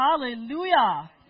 Hallelujah